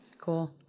Cool